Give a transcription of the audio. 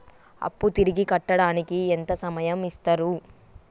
అప్పు తిరిగి కట్టడానికి ఎంత సమయం ఇత్తరు?